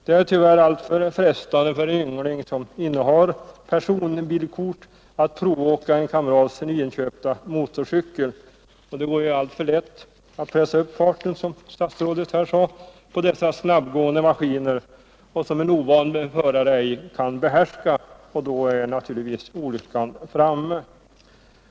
Det är tyvärr alltför frestande för en yngling som innehar personbilkort att provåka en kamrats nyinköpta motorcykel. Det går, som statsrådet sade, alltför lätt att pressa upp farten på dessa snabbgående maskiner, som en ovan förare inte behärskar, och då är naturligtvis olyckan ofta framme.